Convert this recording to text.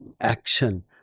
action